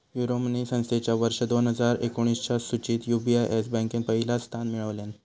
Euromoney संस्थेच्या वर्ष दोन हजार एकोणीसच्या सुचीत यू.बी.एस बँकेन पहिला स्थान मिळवल्यान